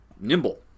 nimble